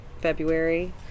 February